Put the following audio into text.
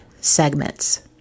segments